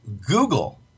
Google